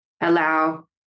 allow